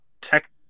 Tech